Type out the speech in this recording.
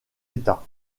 état